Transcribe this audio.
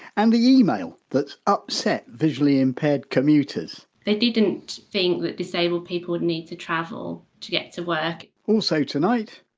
and the email that's upset visually impaired commuters they didn't think that disabled people would need to travel to get to work also tonight.